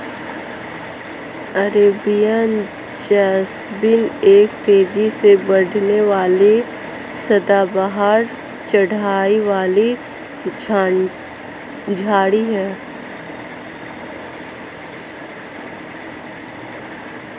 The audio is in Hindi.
अरेबियन जैस्मीन एक तेजी से बढ़ने वाली सदाबहार चढ़ाई वाली झाड़ी है